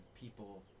people